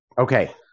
Okay